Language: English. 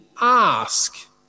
ask